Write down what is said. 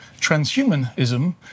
transhumanism